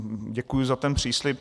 Děkuji za ten příslib.